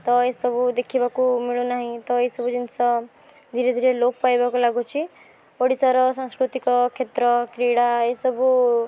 ତ ଏ ସବୁ ଦେଖିବାକୁ ମିଳୁନାହିଁ ତ ଏ ସବୁ ଜିନିଷ ଧୀରେ ଧୀରେ ଲୋପ ପାଇବାକୁ ଲାଗୁଛି ଓଡ଼ିଶାର ସାଂସ୍କୃତିକ କ୍ଷେତ୍ର କ୍ରୀଡ଼ା ଏଇସବୁ